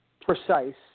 precise